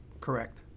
Correct